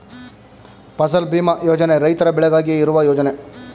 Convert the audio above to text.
ಫಸಲ್ ಭೀಮಾ ಯೋಜನೆ ರೈತರ ಬೆಳೆಗಾಗಿ ಇರುವ ಯೋಜನೆ